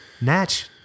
Natch